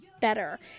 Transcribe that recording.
better